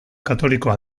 katolikoa